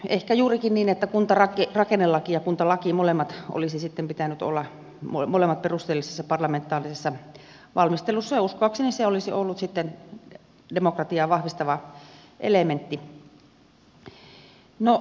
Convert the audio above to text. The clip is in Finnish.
ehkä juurikin niin että kuntarakennelain ja kuntalain olisi sitten molempien pitänyt olla perusteellisessa parlamentaarisessa valmistelussa ja uskoakseni se olisi ollut demokratiaa vahvistava elementti